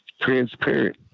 transparent